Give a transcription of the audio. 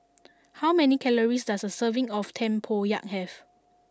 how many calories does a serving of Tempoyak have